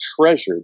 treasured